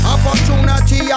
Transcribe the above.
Opportunity